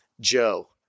Joe